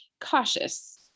cautious